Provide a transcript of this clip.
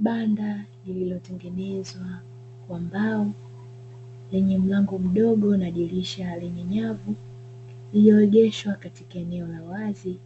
Banda lililotengenezwa kwa mbao lenye mlango mdogo na dirisha lenye nyavu iliyoegeshwa katika eneo la wazi,